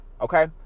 Okay